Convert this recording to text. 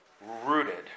Rooted